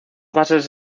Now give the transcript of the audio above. bases